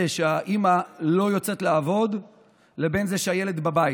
שהאימא לא יוצאת לעבוד לבין זה שהילד בבית,